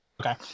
Okay